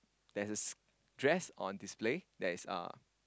there's a dress on display that is uh